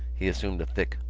he assumed a thick,